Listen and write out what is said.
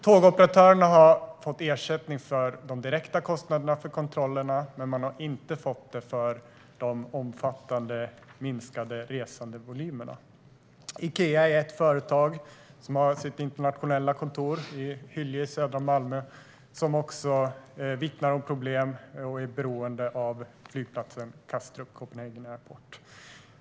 Tågoperatörerna har fått ersättning för de direkta kostnaderna för kontrollerna, men man har inte fått ersättning för de påtagligt minskade resandevolymerna. Ikea har sitt internationella kontor i Hyllie, söder om Malmö. Man vittnar om problem, och man är beroende av flygplatsen Kastrup, Copenhagen Airport.